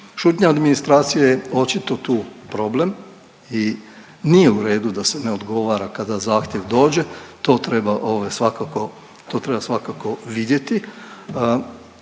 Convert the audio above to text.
Šutnja administracije je očito tu problem i nije u redu da se ne odgovara kada zahtjev dođe, to treba, ovaj,